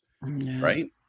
right